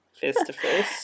face-to-face